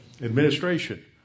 Administration